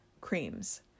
creams